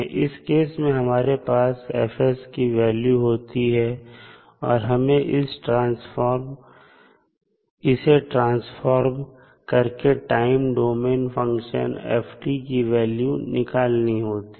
इस केस में हमारे पास F की वैल्यू होती है और हमें इसे ट्रांसफॉर्म करके टाइम डोमेन मैं फंक्शन f की वैल्यू निकालनी होती है